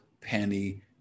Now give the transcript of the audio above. penny